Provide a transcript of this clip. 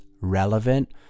relevant